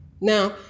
Now